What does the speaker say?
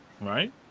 Right